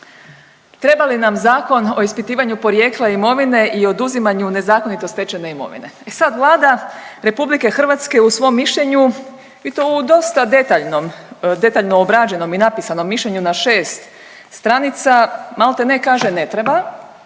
Treba li nam Zakon o ispitivanju porijekla imovine i oduzimanju nezakonito stečene imovine? E sad, Vlada RH u svom mišljenju i to u dosta detaljnom, detaljno obrađenom i napisanom mišljenju na 6 stranica malte ne kaže ne treba,